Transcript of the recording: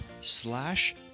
slash